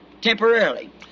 Temporarily